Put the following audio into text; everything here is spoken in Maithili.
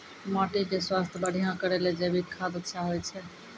माटी के स्वास्थ्य बढ़िया करै ले जैविक खाद अच्छा होय छै?